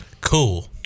cool